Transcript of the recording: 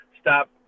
stop